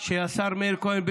שהשר מאיר כהן,